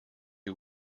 who